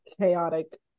chaotic